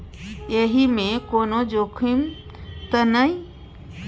एहि मे कोनो जोखिम त नय?